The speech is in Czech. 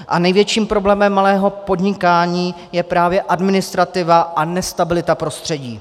A největším problémem malého podnikání je právě administrativa a nestabilita prostředí.